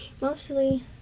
mostly